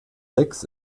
sechs